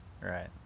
Right